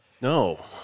no